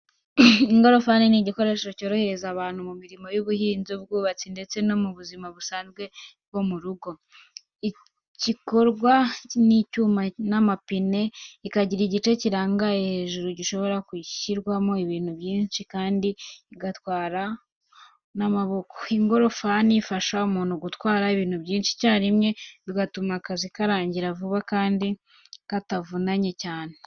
Ingorofani ni igikoresho cyorohereza abantu mu mirimo y’ubuhinzi, ubwubatsi ndetse no mu buzima busanzwe bwo mu rugo. Ikorwa n’icyuma n’amapine, ikagira igice kirangaye hejuru gishobora gushyirwamo ibintu byinshi kandi igatwarwa n’amaboko. Ingorofani ifasha umuntu gutwara ibintu byinshi icyarimwe, bigatuma akazi karangira vuba kandi katavunnye cyane.